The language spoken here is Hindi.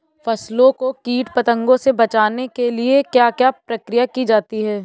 फसलों को कीट पतंगों से बचाने के लिए क्या क्या प्रकिर्या की जाती है?